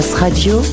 Radio